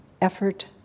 effort